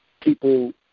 people